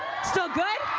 still good.